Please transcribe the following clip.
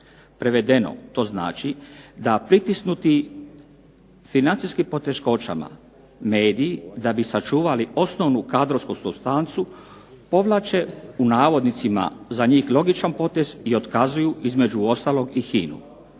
Prevedeno to znači da pritisnuti financijskim poteškoćama mediji da bi sačuvali osnovnu kadrovsku supstancu povlače u navodnicima za njih logičan potez i otkazuju između ostalog i HINA—u.